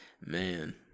Man